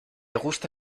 gusta